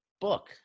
book